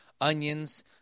onions